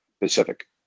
Pacific